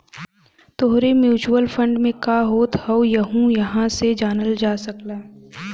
तोहरे mutual fund में का होत हौ यहु इहां से जानल जा सकला